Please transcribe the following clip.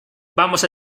vamos